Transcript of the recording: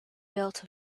built